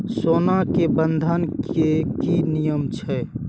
सोना के बंधन के कि नियम छै?